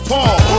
Paul